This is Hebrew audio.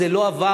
זה לא עבר.